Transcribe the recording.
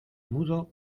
mudo